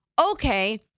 okay